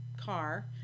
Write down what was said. car